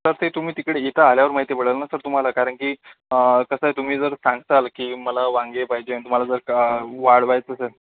तर ते तुम्ही तिकडे इथं आल्यावर माहिती पडेल ना सर तुम्हाला कारण की कसं आहे तुम्हा जर सांगशाल की मला वांगे पाहिजे आणि तुम्हाला जर का वाढवायचं सर